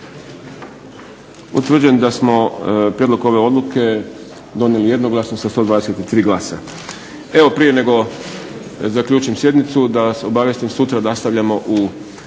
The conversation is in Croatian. Utvrđujem da smo prijedlog ove odluke donijeli jednoglasno sa 123 glasa. Evo prije nego zaključim sjednicu da vas obavijestim, sutra nastavljamo u